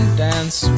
dance